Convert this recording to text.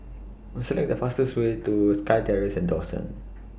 Select The fastest Way to Sky Terrace and Dawson